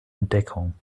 entdeckung